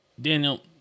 Daniel